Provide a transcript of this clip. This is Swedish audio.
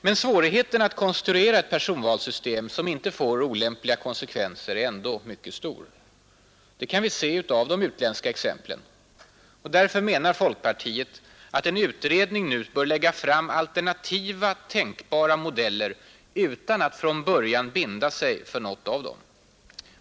Men svårigheten att konstruera ett personvalssystem som inte får olämpliga konsekvenser är ändå mycket stor. Det kan vi se utav de utländska exemplen. Och därför menar folkpartiet att en utredning bör lägga fram alternativa, tänkbara modeller utan att från början binda sig för någon av dem.